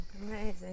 amazing